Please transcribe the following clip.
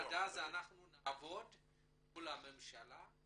עד אז נעבוד מול הממשלה.